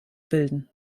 bilden